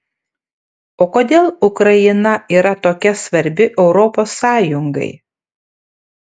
o kodėl ukraina yra tokia svarbi europos sąjungai